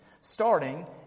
starting